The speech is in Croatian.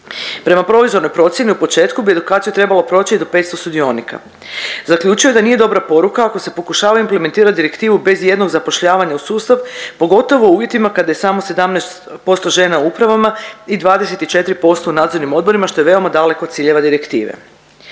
Prema proizvoljnoj procjeni u početku bi edukaciju trebalo proći do 500 sudionika. Zaključio je da nije dobra poruka ako se pokušava implementirat direktivu bez i jednog zapošljavanja u sustav, pogotovo u uvjetima kad je samo 17% žena u upravama i 24% u nadzornim odborima što je veoma daleko od ciljeva direktive.